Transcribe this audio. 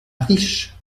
riche